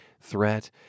threat